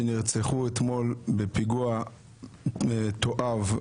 שנרצחו אתמול בפיגוע מתועב.